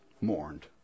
mourned